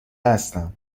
هستم